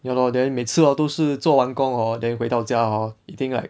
ya lor then 每次 hor 都是做完工 hor then 回到家 hor 已经 like